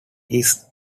its